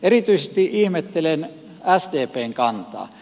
erityisesti ihmettelen sdpn kantaa